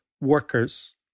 workers